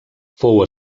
fou